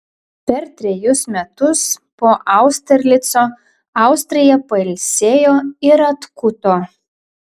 per trejus metus po austerlico austrija pailsėjo ir atkuto